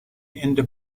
into